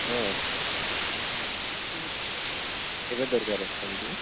ହଁ ଅଛି କେବେ ଦରକାର୍ ତମକୁ